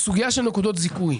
סוגיה של נקודות זיכוי,